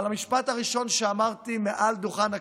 אבל המשפט הראשון שאמרתי מעל דוכן הכנסת,